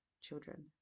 children